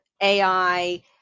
AI